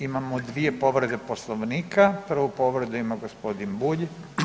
Imamo dvije povrede Poslovnika, prvu povredu ima g. Bulj.